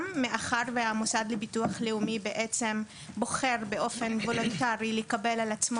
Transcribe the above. מאחר והמוסד לביטוח לאומי בעצם בוחר באופן וולונטרי לקבל על עצמו